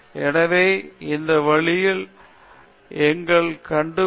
எனவே இந்த வழிகளில் எங்களால் கண்டுபிடிக்க முடியும்